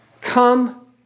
Come